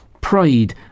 pride